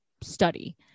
study